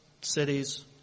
cities